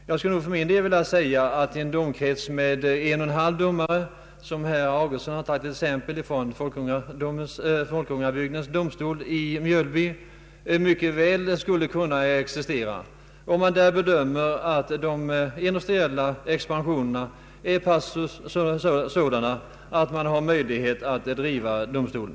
En domkrets med en och en halv domare som herr Augustsson nämnt med Folkungabygdens domstol i Mjölby som exempel skulle mycket väl kunna existera om man där bedömt att den industriella och kommunala expansionen är sådan att arbetsunderlag finns för domstolen.